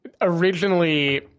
originally